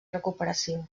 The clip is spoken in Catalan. recuperació